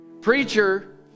Preacher